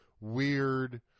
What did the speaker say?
weird